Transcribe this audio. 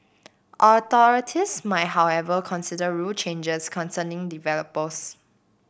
authorities might however consider rule changes concerning developers